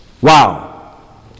Wow